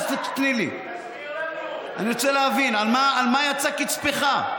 תסביר לנו, אני רוצה להבין, על מה יצא קצפך?